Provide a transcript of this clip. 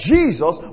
Jesus